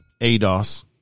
ADOS